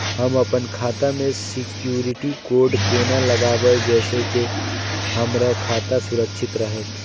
हम अपन खाता में सिक्युरिटी कोड केना लगाव जैसे के हमर खाता सुरक्षित रहैत?